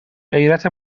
غیرت